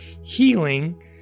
healing